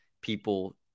people